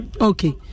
okay